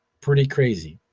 pretty crazy.